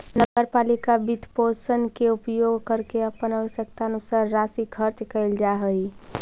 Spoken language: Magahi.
नगर पालिका वित्तपोषण के उपयोग करके अपन आवश्यकतानुसार राशि खर्च कैल जा हई